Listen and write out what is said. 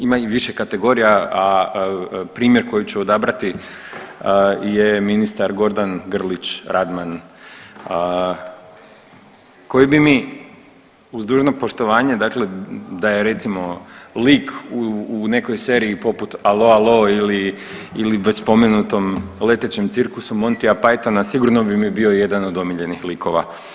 Ima ih više kategorija, a primjer koji ću odabrati je ministar Gordan Grlić Radman koji bi mi uz dužno poštovanje dakle da je recimo lik u nekoj seriji poput Alo, alo ili već spomenutom Letećem cirkusu Montya Pythona sigurno bi mi bio jedan od omiljenih likova.